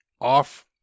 off